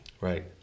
Right